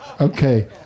Okay